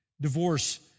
Divorce